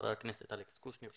חה"כ אלכס קושניר,